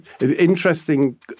interesting